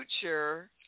future